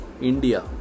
India